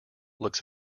looks